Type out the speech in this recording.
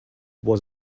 was